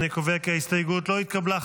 אני קובע כי ההסתייגות לא התקבלה.